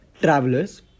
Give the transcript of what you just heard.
travelers